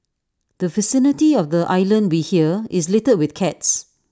the vicinity of the island we hear is littered with cats